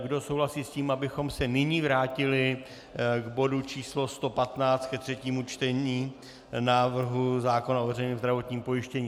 Kdo souhlasí s tím, abychom se nyní vrátili k bodu číslo 115, ke třetímu čtení návrhu zákona o veřejném zdravotním pojištění?